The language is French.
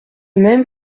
même